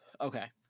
Okay